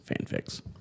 fanfics